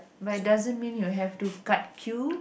but it doesn't mean you have to cut queue